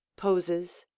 poses,